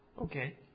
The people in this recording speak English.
Okay